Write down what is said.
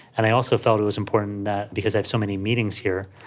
and i also thought it was important that because i have so many meetings here,